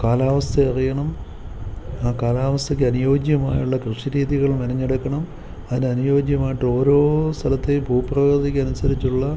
കാലാവസ്ഥയെ അറിയണം ആ കാലാവസ്ഥയ്ക്കനുയോജ്യമായുള്ള കൃഷി രീതികളും മെനഞ്ഞെടുക്കണം അതിനനുയോജ്യമായിട്ട് ഓരോ സ്ഥലത്തെയും ഭൂപ്രകൃതിക്കനുസരിച്ചുള്ള